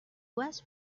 was